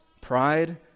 pride